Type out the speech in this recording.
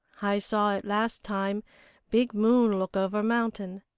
i saw it last time big moon look over mountain.